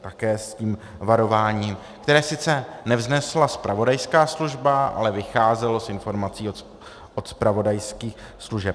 Také varování, které sice nevznesla zpravodajská služba, ale vycházelo z informací od zpravodajských služeb.